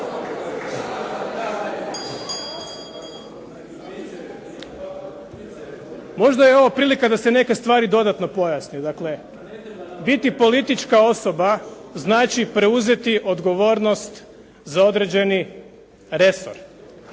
Možda je ovo prilika da se neke stvari dodatno pojasne, dakle biti politička osoba znači preuzeti odgovornosti za određeni resor.